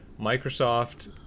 Microsoft